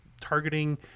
targeting